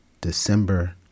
December